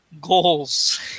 goals